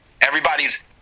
everybody's